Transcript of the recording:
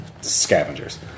scavengers